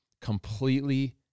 completely